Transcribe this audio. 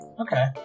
Okay